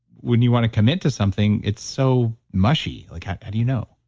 when you want to commit to something, it's so mushy like how do you know?